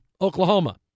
Oklahoma